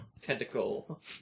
tentacle